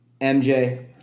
MJ